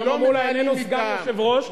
שלמה מולה איננו סגן היושב-ראש,